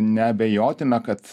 neabejotina kad